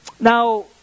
Now